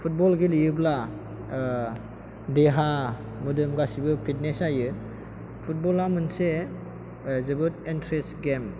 football गेलेयोब्ला देहा मोदोम गासैबो फिटनेस जायो फुटबल आ मोनसे ओ जोबोद इनट्रेस्टिं गेम